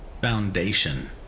Foundation